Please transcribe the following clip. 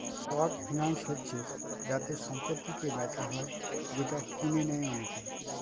short finance হচ্ছে যাতে সম্পত্তিকে বেচা হয় যেটা কিনে নেয় অনেকে